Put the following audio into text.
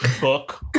book